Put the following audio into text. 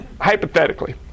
Hypothetically